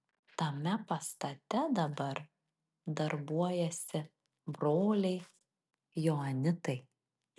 tame pastate dabar darbuojasi broliai joanitai